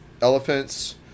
elephants